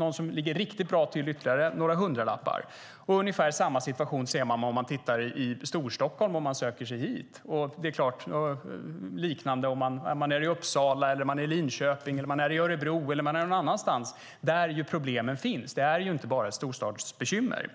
bostad ligger riktigt bra till blir det kanske ytterligare några hundralappar. Ungefär samma situation är det i Storstockholm, liknande i Uppsala, Linköping, Örebro eller någon annanstans där problemen finns. Det är inte bara ett storstadsbekymmer.